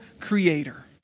creator